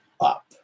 up